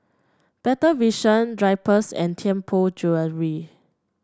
Better Vision Drypers and Tianpo Jewellery